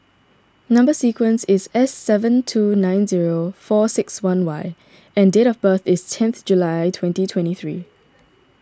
Number Sequence is S seven two nine zero four six one Y and date of birth is tenth July twenty twenty three